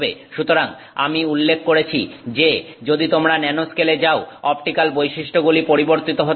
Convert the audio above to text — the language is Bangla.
সুতরাং আমি উল্লেখ করেছি যে যদি তোমরা ন্যানোস্কেলে যাও অপটিক্যাল বৈশিষ্ট্যগুলি পরিবর্তিত হতে পারে